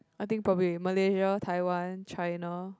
I think probably Malaysia Taiwan China